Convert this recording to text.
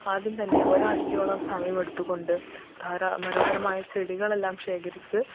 ആദ്യം തന്നെ ഒരാഴ്ചയോളം സമയമെടുത്ത് കൊണ്ട് ധാരാ മനോഹരമായ ചെടികളെല്ലാം ശേഖരിച്ച്